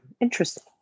Interesting